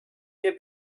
mir